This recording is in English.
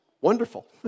wonderful